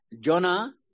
Jonah